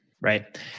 right